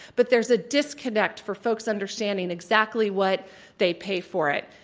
but there's a disc onnect for folks understanding exactly what they pay for it.